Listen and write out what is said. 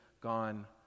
gone